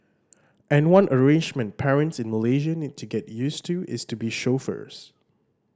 and one arrangement parents in Malaysia need to get used to is to be chauffeurs